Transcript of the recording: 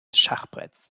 schachbretts